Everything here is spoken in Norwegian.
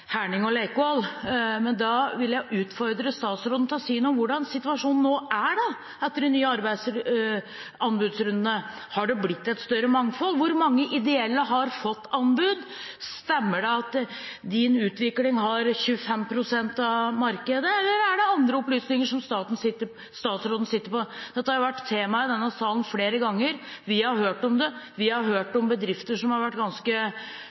Herning og Leikvoll, men da vil jeg utfordre statsråden til å si noe om hvordan situasjonen nå er, etter de nye anbudsrundene. Har det blitt et større mangfold? Hvor mange ideelle har fått anbud? Stemmer det at Din Utvikling har 25 pst. av markedet, eller er det andre opplysninger som statsråden sitter på? Dette har vært tema i denne salen flere ganger. Vi har hørt om det – vi har hørt om bedrifter som har vært ganske